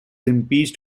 impeached